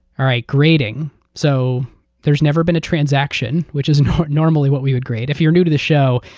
all right, grading. so there's never been a transaction, which is normally what we would grade. if you are new to the show,